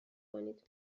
کنید